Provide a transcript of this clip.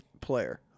player